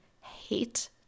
hate